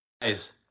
Guys